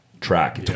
track